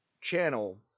channel